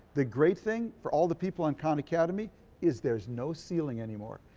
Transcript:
the great thing for all the people in kahn academy is there's no ceiling anymore.